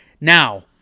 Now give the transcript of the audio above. now